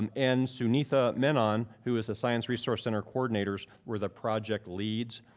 and and suneetha menon, who is the science resource center coordinators, were the project leads.